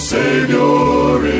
Savior